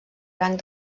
rang